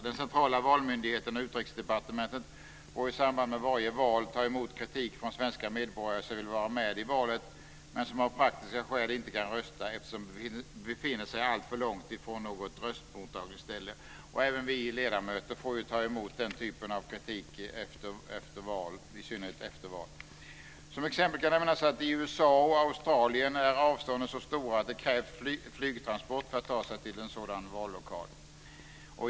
Den centrala valmyndigheten och Utrikesdepartementet får i samband med varje val ta emot kritik från svenska medborgare som vill vara med i valet men som av praktiska skäl inte kan rösta eftersom de befinner sig alltför långt ifrån något röstmottagningsställe. Även vi ledamöter får i synnerhet efter val ta emot den typen av kritik. Som exempel kan nämnas att i USA och Australien är avstånden så stora att det krävs flygtransport för att ta sig till en vallokal.